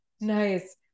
Nice